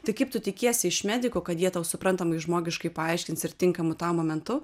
tai kaip tu tikiesi iš medikų kad jie tau suprantamai žmogiškai paaiškins ir tinkamu tau momentu